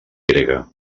grega